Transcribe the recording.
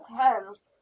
hands